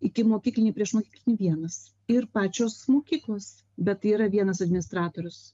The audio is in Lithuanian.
ikimokyklinį priešmokyklinį vienas ir pačios mokyklos bet yra vienas administratorius